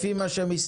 לפי מה שמסתמן,